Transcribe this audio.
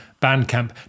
Bandcamp